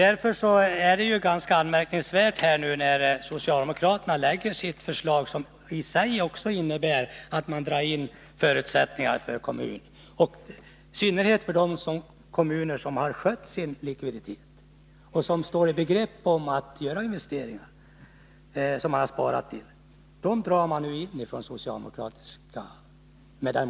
Därför är det ganska anmärkningsvärt när socialdemokraterna lägger fram sitt förslag, som i sig också innebär att man drar in ekonomiska förutsättningar för kommuner. I synnerhet gäller detta för kommuner som har skött sin likviditet och nu står i begrepp att göra investeringar, för vilka kostnaderna tidigare har sparats in — detta drar man in med den socialdemokratiska modellen.